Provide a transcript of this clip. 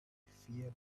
fear